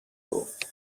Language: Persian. گفت